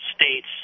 states